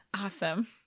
Awesome